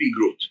growth